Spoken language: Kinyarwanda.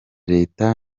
leta